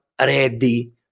ready